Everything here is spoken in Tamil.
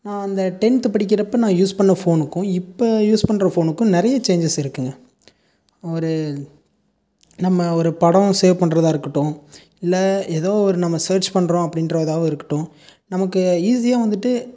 நான் அந்த டென்த் படிக்கிறப்போ நான் யூஸ் பண்ண ஃபோனுக்கும் இப்போ யூஸ் பண்ணுற ஃபோனுக்கும் நிறைய சேஞ்சஸ் இருக்குதுங்க ஒரு நம்ம ஒரு படம் சேவ் பண்ணுறதா இருக்கட்டும் இல்லை எதோ ஒரு நம்ம சர்ச் பண்ணுறோம் அப்டின்றதாகவும் இருக்கட்டும் நமக்கு ஈஸியாக வந்துட்டு